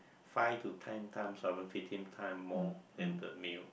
five to ten times or even fifteen time more than the male